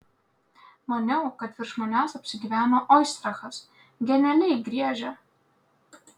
maniau kad virš manęs apsigyveno oistrachas genialiai griežia